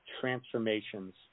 transformations